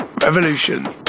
Revolution